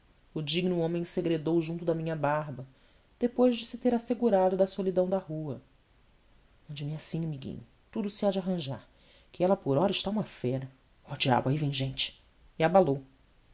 o digno homem segredou junto da minha barba depois de se ter assegurado da solidão da rua ande me assim amiguinho tudo se há de arranjar que ela por ora está uma fera oh diabo aí vem gente e abalou